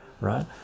right